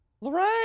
Lorraine